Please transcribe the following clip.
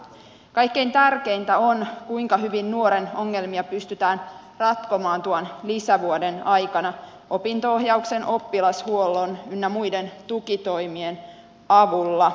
kaikkein tärkeintä on kuinka hyvin nuoren ongelmia pystytään ratkomaan tuon lisävuoden aikana opinto ohjauksen oppilashuollon ynnä muiden tukitoimien avulla